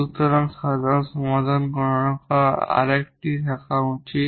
সুতরাং সাধারণ সমাধান গণনা করার আরেকটি উপায় থাকা উচিত